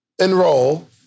enroll